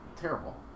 Terrible